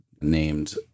named